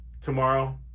Tomorrow